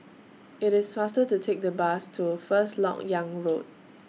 IT IS faster to Take The Bus to First Lok Yang Road